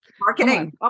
Marketing